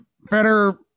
better